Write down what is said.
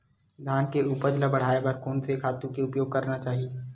धान के उपज ल बढ़ाये बर कोन से खातु के उपयोग करना चाही?